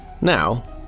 Now